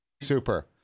super